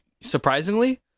surprisingly